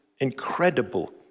incredible